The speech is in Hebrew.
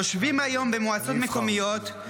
יושבים היום במועצות מקומיות,